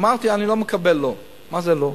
אמרתי: אני לא מקבל לא, מה זה לא?